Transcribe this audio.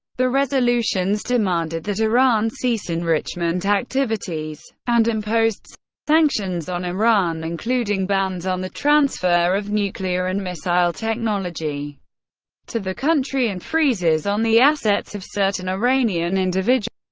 the resolutions demanded that iran cease enrichment activities and imposed sanctions on iran, including bans on the transfer of nuclear and missile technology to the country and freezes on the assets of certain iranian individuals